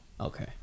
Okay